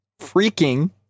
freaking